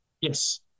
Yes